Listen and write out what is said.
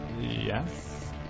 Yes